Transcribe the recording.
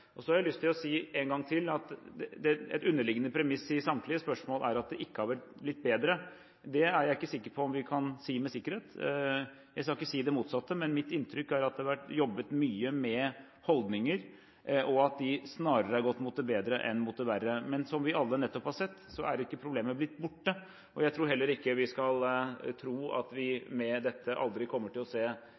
Så har jeg lyst til å si en gang til at et underliggende premiss i samtlige spørsmål er at det ikke har blitt bedre. Det er jeg ikke sikker på om vi kan si med sikkerhet. Jeg skal ikke si det motsatte, men mitt inntrykk er at det har vært jobbet mye med holdninger og at de snarere har gått mot det bedre enn mot det verre. Men som vi alle nettopp har sett, er ikke problemet blitt borte. Jeg tror heller ikke vi skal tro at vi med dette aldri kommer til å se